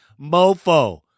mofo